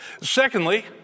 Secondly